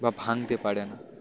বা ভাঙতে পারে না